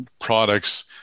products